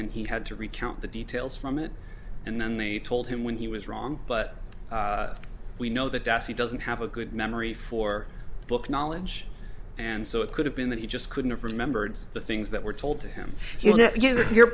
and he had to recount the details from it and then they told him when he was wrong but we know that dusty doesn't have a good memory for book knowledge and so it could have been that he just couldn't have remembered the things that were told to him you know